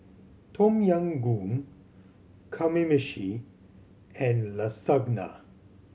Tom Yam Goong Kamameshi and Lasagna